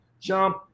jump